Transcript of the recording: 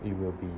it will be